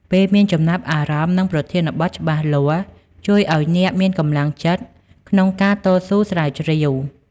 ពេលមានចំណាប់អារម្មណ៍នឹងប្រធានបទច្បាស់លាស់ជួយឲ្យអ្នកមានកម្លាំងចិត្ត ក្នុងការតស៊ូស្រាវជ្រាវ។